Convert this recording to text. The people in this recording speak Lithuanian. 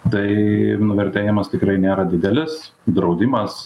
tai nuvertėjimas tikrai nėra didelis draudimas